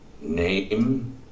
Name